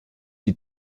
die